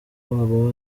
waba